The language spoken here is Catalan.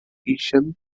ixen